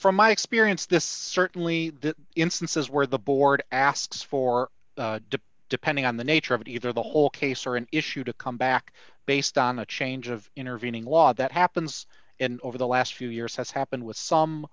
from my experience this certainly instances where the board asks for depending on the nature of either the whole case or an issue to come back based on a change of intervening law that happens and over the last few years has happened with some